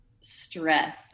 stress